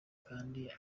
kandi